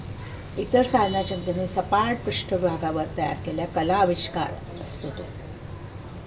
इतर साधनाच्या मदतीने सपाट पृष्ठभागावर तयार केल्या कलाविष्कार असतो तो